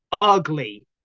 ugly